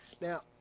Now